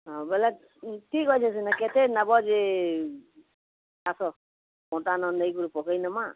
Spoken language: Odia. ହଁ ବୋଲେ ଉଁ ଠିକ ଅଛି ସେନେ କେତେ ନବ ଯେ ଆସ କଣ୍ଟା ନ ନେଇକରି ପକେଇ ନେମା